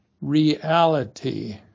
reality